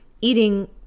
eating